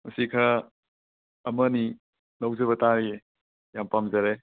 ꯑꯁꯤ ꯈꯔ ꯑꯃꯅꯤ ꯂꯧꯖꯕ ꯇꯥꯔꯤꯌꯦ ꯌꯥꯝ ꯄꯥꯝꯖꯔꯦ